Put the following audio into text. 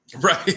Right